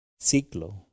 Ciclo